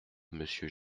monsieur